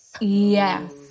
Yes